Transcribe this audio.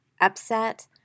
upset—